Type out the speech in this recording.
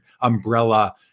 umbrella